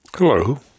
Hello